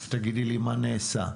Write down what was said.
תגידי לי מה נעשה.